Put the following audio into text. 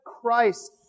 Christ